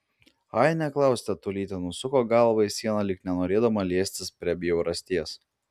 ai neklausk tetulytė nusuko galvą į sieną lyg nenorėdama liestis prie bjaurasties